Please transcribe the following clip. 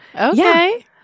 Okay